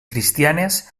cristianes